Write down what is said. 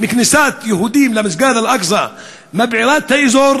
שכניסת יהודים למסגד אל-אקצא מבעירה את האזור,